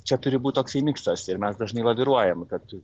čia turi būt toksai miksas ir mes dažnai laviruojam kad